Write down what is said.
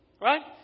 Right